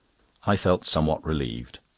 i felt somewhat relieved.